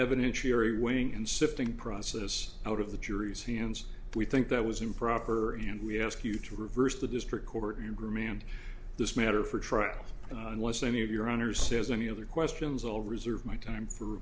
evidence cherry wing and sifting process out of the jury's hands we think that was improper and we ask you to reverse the district court here grimmy and this matter for trial unless any of your honor says any other questions i'll reserve my time for